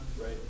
right